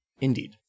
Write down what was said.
Indeed